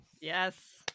Yes